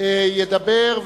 ידבר,